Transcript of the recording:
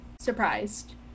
surprised